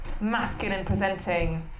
masculine-presenting